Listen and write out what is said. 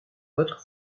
vostre